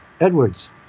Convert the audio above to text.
Edwards